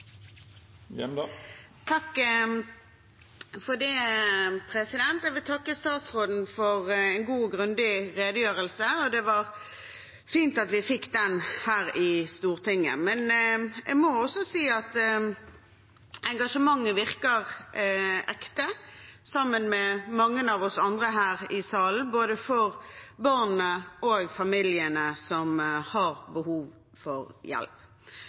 Jeg vil takke statsråden for en god og grundig redegjørelse. Det var fint at vi fikk den her i Stortinget. Jeg må også si at engasjementet virker ekte, som hos mange av oss andre her i salen, både for barna og for familiene som har behov for hjelp.